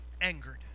angered